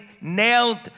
nailed